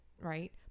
right